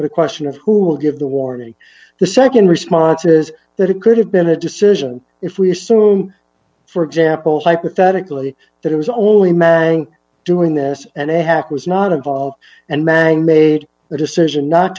requestion of who will give the warning the nd response is that it could have been a decision if we assume for example hypothetically that it was only men doing this and a hack was not involved and man made the decision not